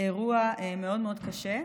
אירוע מאוד מאוד קשה.